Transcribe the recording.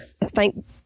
Thank